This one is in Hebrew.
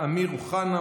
אמיר אוחנה,